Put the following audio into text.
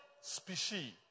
species